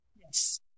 Yes